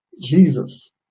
Jesus